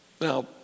Now